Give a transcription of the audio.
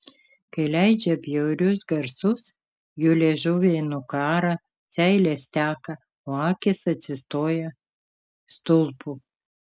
kai leidžia bjaurius garsus jų liežuviai nukąrą seilės teka o akys atsistoja stulpu